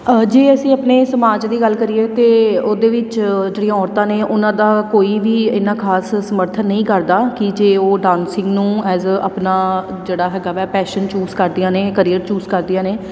ਜੇ ਅਸੀਂ ਆਪਣੇ ਸਮਾਜ ਦੀ ਗੱਲ ਕਰੀਏ ਤਾਂ ਉਹਦੇ ਵਿੱਚ ਜਿਹੜੀਆਂ ਔਰਤਾਂ ਨੇ ਉਹਨਾਂ ਦਾ ਕੋਈ ਵੀ ਇੰਨਾ ਖਾਸ ਸਮਰਥਨ ਨਹੀਂ ਕਰਦਾ ਕਿ ਜੇ ਉਹ ਡਾਂਸਿੰਗ ਨੂੰ ਐਜ ਆਪਣਾ ਜਿਹੜਾ ਹੈਗਾ ਵੈ ਪੈਸ਼ਨ ਚੂਜ ਕਰਦੀਆਂ ਨੇ ਕਰੀਅਰ ਚੂਜ ਕਰਦੀਆਂ ਨੇ